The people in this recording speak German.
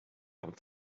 haben